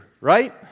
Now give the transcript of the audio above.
Right